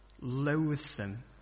loathsome